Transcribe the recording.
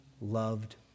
loved